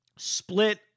split